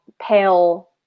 pale